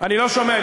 אני לא שומע.